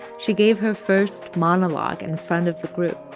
she gave her first monologue in front of the group.